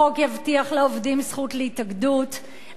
החוק יבטיח לעובדים זכות להתאגדות,